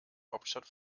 hauptstadt